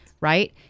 Right